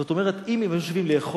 זאת אומרת, אם הם היו יושבים לאכול,